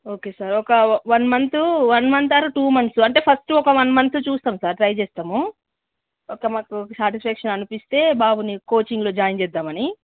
okay sir ఒక one month one month or two months అంటే first ఒక one month చూస్తాం సార్ ట్రై చేస్తాము ఓకే మాకు సాటిస్ఫ్యాక్షన్ అనిపిస్తే బాబుని కోచింగ్లో జాయిన్ చేద్దామని